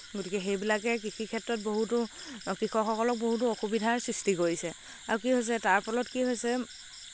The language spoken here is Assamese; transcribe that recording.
গতিকে সেইবিলাকে কৃষিক্ষেত্ৰত বহুতো কৃষকসকলক বহুতো অসুবিধাৰ সৃষ্টি কৰিছে আৰু কি হৈছে তাৰ ফলত কি হৈছে